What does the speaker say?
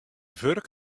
wurk